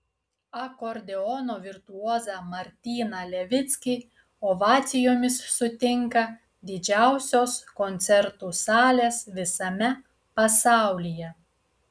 akordeono virtuozą martyną levickį ovacijomis sutinka didžiausios koncertų salės visame pasaulyje